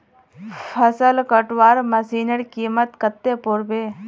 फसल कटवार मशीनेर कीमत कत्ते पोर बे